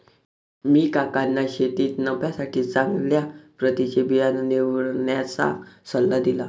मी काकांना शेतीत नफ्यासाठी चांगल्या प्रतीचे बिया निवडण्याचा सल्ला दिला